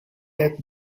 that